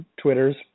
Twitters